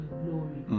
glory